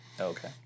Okay